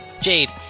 Jade